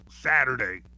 Saturday